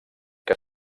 que